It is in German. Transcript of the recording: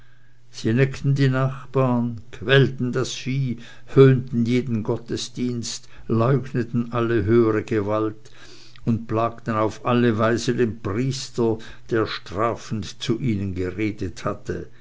die nachbaren quälten das vieh höhnten jeden gottesdienst leugneten alle höhere gewalt und plagten auf alle weise den priester der strafend zu ihnen geredet hatte